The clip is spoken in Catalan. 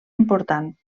important